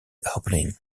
opening